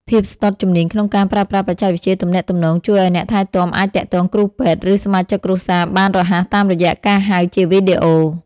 ភាពស្ទាត់ជំនាញក្នុងការប្រើប្រាស់បច្ចេកវិទ្យាទំនាក់ទំនង ជួយឱ្យអ្នកថែទាំអាចទាក់ទងគ្រូពេទ្យ ឬសមាជិកគ្រួសារបានរហ័សតាមរយៈការហៅជាវីដេអូ។